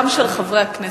גם של חברי הכנסת.